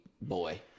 Boy